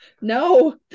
No